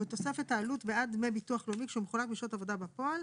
ובתוספת העלות בעד דמי ביטוח לאומי כשהוא מחולק בשעות עבודה בפועל."